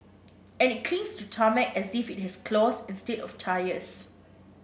and it clings to tarmac as if it has claws instead of tyres